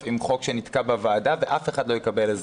עם הצעת חוק שנתקעת בוועדה ואף אחד לא יקבל עזרה.